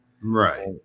Right